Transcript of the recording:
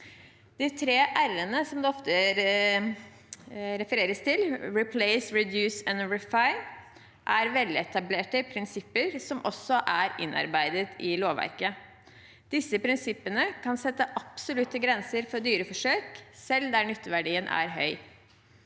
De tre r-ene som det ofte refereres til, «replace», «reduce» og «refine», er veletablerte prinsipper som også er innarbeidet i lovverket. Disse prinsippene kan sette absolutte grenser for dyreforsøk, selv der nytteverdien er høy.